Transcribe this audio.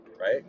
right